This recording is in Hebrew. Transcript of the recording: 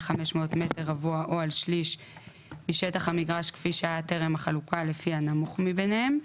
500 מ"ר או על שליש משטח המגרש כפי שהיה טרם החלוקה לפי הנמוך מביניהם,